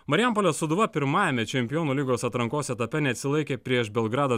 marijampolės sūduva pirmajame čempionų lygos atrankos etape neatsilaikė prieš belgrado